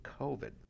COVID